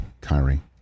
Kyrie